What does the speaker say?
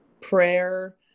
prayer